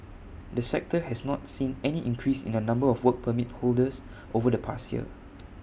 the sector has not seen any increase in the number of Work Permit holders over the past year